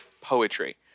poetry